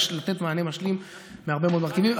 ולתת מענה משלים מהרבה מאוד מרכיבים.